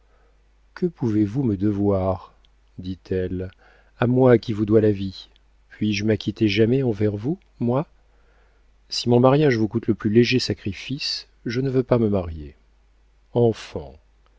que pouvez-vous me devoir dit-elle à moi qui vous dois la vie puis-je m'acquitter jamais envers vous moi si mon mariage vous coûte le plus léger sacrifice je ne veux pas me marier enfant